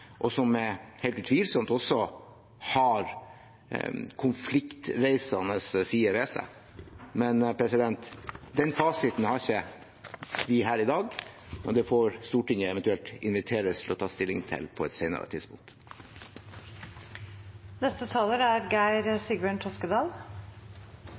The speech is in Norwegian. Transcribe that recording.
og som helt utvilsomt også har konfliktreisende sider ved seg. Men den fasiten har ikke vi her i dag. Det får Stortinget eventuelt inviteres til å ta stilling til på et